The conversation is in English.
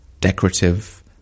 decorative